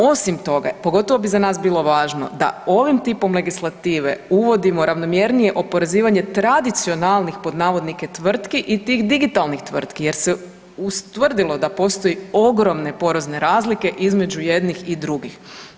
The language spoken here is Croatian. Osim toga, pogotovo bi za nas bilo važno, da ovim tipom legislative uvodimo ravnomjernije oporezivanje „tradicionalnih tvrtki“ i tih digitalnih tvrtki jer se ustvrdilo da postoji ogromne porezne razlike između jednih i drugih.